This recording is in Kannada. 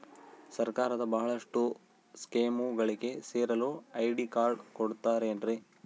ಸರ್ಕಾರದ ಬಹಳಷ್ಟು ಸ್ಕೇಮುಗಳಿಗೆ ಸೇರಲು ಐ.ಡಿ ಕಾರ್ಡ್ ಕೊಡುತ್ತಾರೇನ್ರಿ?